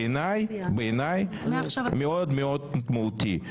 בעיניי מאוד מאוד מהותי,